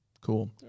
cool